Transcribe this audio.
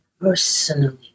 personally